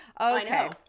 Okay